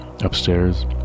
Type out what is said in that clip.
upstairs